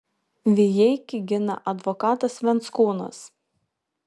vijeikį gina advokatas venckūnas